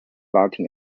latin